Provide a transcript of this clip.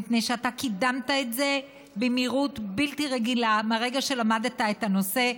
מפני שאתה קידמת את זה במהירות בלתי רגילה מהרגע שלמדת את הנושא.